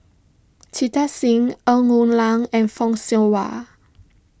Jita Singh Ng Woon Lam and Fock Siew Wah